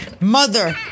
mother